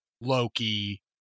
loki